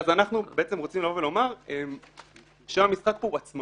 אז אנחנו נגיע לכך בהקראה,